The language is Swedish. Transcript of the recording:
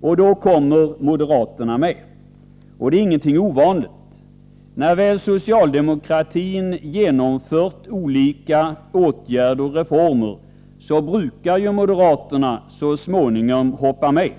Då kommer moderaterna med. Det är ingenting ovanligt. När väl socialdemokratin genomfört olika åtgärder och reformer brukar moderatarna så småningom hoppa med.